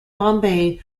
bombay